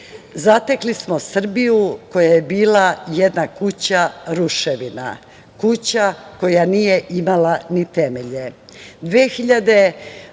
Zatekli smo Srbiju koja je bila jedna kuća ruševina, kuća koja nije imala ni temelje.